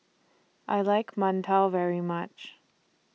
I like mantou very much